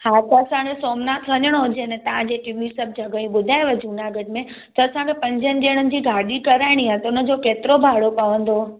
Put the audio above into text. हा त असांखे सोमनाथ वञिणो हुजे न तव्हां जेके बि सभु जॻहयूं ॿुधायव जुनागढ़ में त असांखे पंजनि ॼणनि जी गाॾी कराइणी आहे त हुन जो केतिरो भाड़ो पवंदो